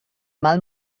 mal